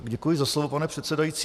Děkuji za slovo, pane předsedající.